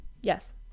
yes